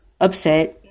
upset